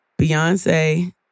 Beyonce